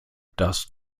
das